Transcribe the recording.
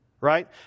Right